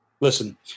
listen